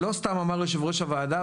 לא סתם אמר יו"ר הוועדה,